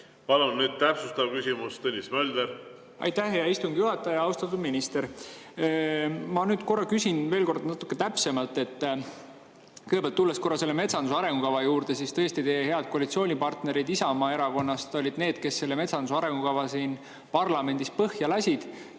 Palun nüüd täpsustav küsimus, Tõnis Mölder! Aitäh, hea istungi juhataja! Austatud minister! Ma küsin veel kord, natuke täpsemalt. Kõigepealt tulen korra selle metsanduse arengukava juurde. Tõesti, teie head koalitsioonipartnerid Isamaa erakonnast olid need, kes selle metsanduse arengukava siin parlamendis põhja lasid.